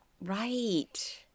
Right